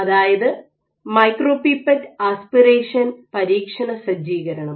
അതായത് micropipette aspiration പരീക്ഷണസജ്ജീകരണം